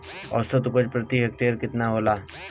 औसत उपज प्रति हेक्टेयर केतना होला?